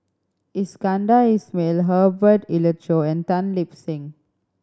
Iskandar Ismail Herbert Eleuterio and Tan Lip Seng